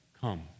come